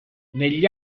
negli